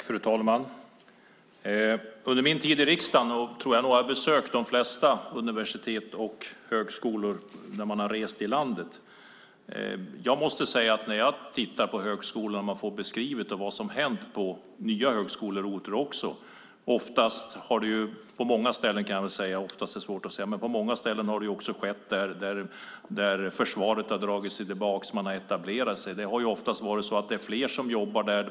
Fru talman! Under min tid i riksdagen tror jag att jag då jag har rest i landet har besökt de flesta universitet och högskolor. När jag tittar på högskolorna och får beskrivet vad som har hänt på nya högskoleorter kan jag notera att etableringen på många ställen har skett där försvaret har dragit sig tillbaka. Det har ofta varit så att det är fler som jobbar där.